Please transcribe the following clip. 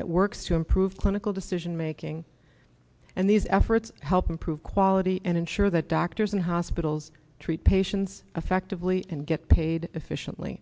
that works to improve clinical decision making and these efforts help improve quality and ensure that doctors and hospitals treat patients effectively and get paid efficiently